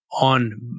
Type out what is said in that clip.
on